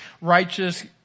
righteous